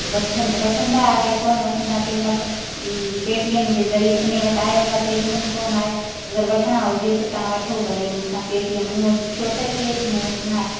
वठनि वठनि वठंदा अलाए कोनि वठंदा पेमेंट ईअं पेटीएम जे ज़रिए इन वटि आहे अलाए पेटीएम कोन आहे अगरि वठणा हुजे त तव्हां वठो भले मूं सां पेटीएम मूं वटि छो त कैश मूं वटि न आहे